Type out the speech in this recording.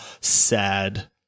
sad